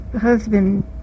husband